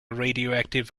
radioactive